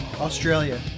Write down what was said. Australia